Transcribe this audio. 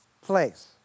place